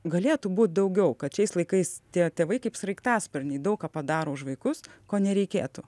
galėtų būt daugiau kad šiais laikais tie tėvai kaip sraigtasparniai daug ką padaro už vaikus ko nereikėtų